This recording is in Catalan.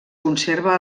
conserva